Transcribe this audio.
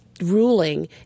ruling